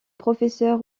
professeur